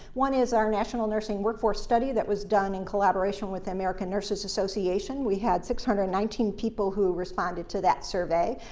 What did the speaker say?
one is our national nursing workforce study that was done in collaboration with the american nurses association. we had six hundred and nineteen people who responded to that survey.